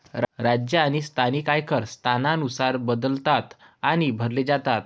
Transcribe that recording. राज्य आणि स्थानिक आयकर स्थानानुसार बदलतात आणि भरले जातात